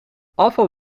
afval